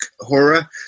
horror